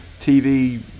TV